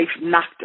knocked